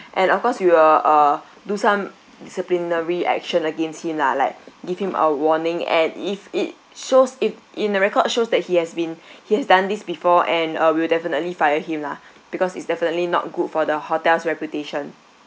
and of course we will uh do some disciplinary action against him lah like give him a warning and if it shows if in the record shows that he has been he has done this before and uh we will definitely fire him lah because it's definitely not good for the hotel's reputation